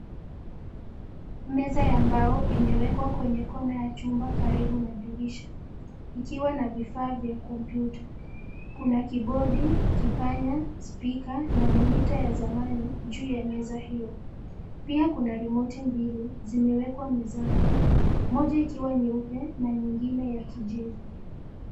Meza ya mbao imewekwa kwenye kona ya chumba karibu na dirisha, ikiwa na vifaa vya kompyuta. Kuna kibodi, kipanya, spika na monita ya zamani, juu ya meza hio. Pia kuna rimoti mbili, zimewekwa mezani, moja ikiwa nyeupe na nyingine ya kijivu.